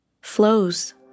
flows